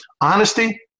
Honesty